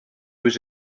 was